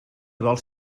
vols